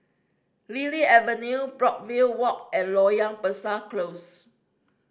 Lily Avenue Brookvale Walk and Loyang Besar Close